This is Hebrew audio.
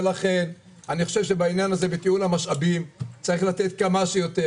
ולכן אני חושב שבעניין הזה בתיעול המשאבים צריך לתת כמה שיותר